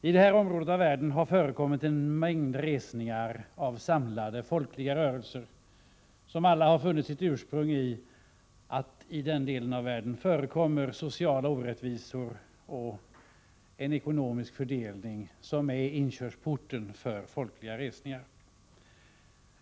I det här området av världen har det förekommit en mängd resningar av samlade folkliga rörelser som alla har funnit sitt ursprung i att det i den delen av världen förekommer sociala orättvisor och en ekonomisk fördelning som är inkörsporten för folkliga resningar.